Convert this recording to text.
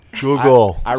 Google